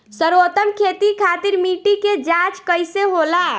सर्वोत्तम खेती खातिर मिट्टी के जाँच कईसे होला?